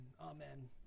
Amen